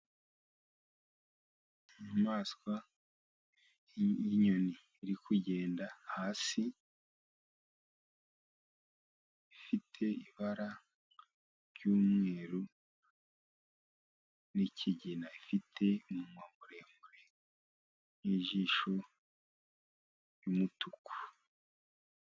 Inyamaswa y'inyoni iri kugenda hasi, ifite ibara ry'umweru n'ikigina, ifite umunwa muremure n'ijisho ryumutuku.